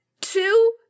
two